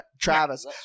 Travis